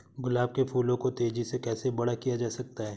गुलाब के फूलों को तेजी से कैसे बड़ा किया जा सकता है?